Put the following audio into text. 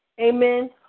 Amen